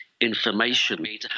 information